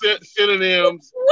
synonyms